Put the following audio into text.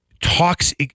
talks